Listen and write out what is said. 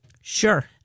Sure